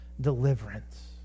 deliverance